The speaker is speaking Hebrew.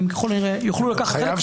הם ככל הנראה יוכלו לקחת חלק- -- וחייב